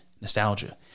nostalgia